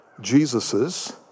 Jesus's